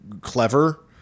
clever